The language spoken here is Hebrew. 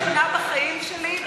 פעם ראשונה בחיים שלי,